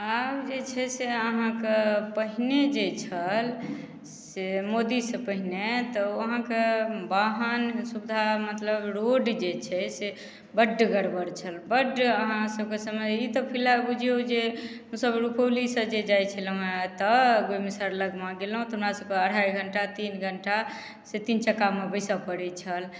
आब जे छै से अहाँके पहिने जे छल से मोदी से पहिने से अहाँके वाहन सुविधा मतलब रोड जे छै से बड्ड गड़बड़ छल बड्ड अहाँ सबके समय ई तऽ फिलहाल बुझिऔ जे हमसब रुपौलीसँ जे जाइ छलहुँ हेँ एतऽ भूमिसर लगमे गेलहुँ तऽ हमरा सबके अढ़ाइ घण्टा तीन घण्टासँ तीन चक्कामे बैसऽ पड़ै छल